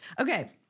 Okay